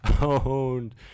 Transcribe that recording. owned